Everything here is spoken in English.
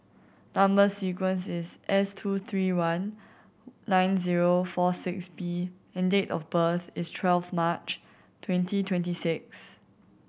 number sequence is S two three one nine zero four six B and date of birth is twelve March twenty twenty six